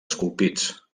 esculpits